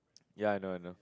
ya I know I know